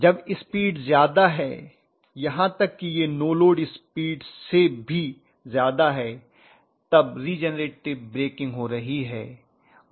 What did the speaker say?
जब स्पीड ज़्यादा है यहाँ तक कि यह नो लोड स्पीड से भी ज़्यादा है तब रिजेनरेटिव ब्रेकिंग हो रही है